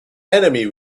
enemy